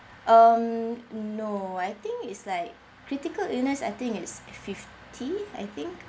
um no I think is like critical illness I think is fifty I think